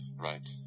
Right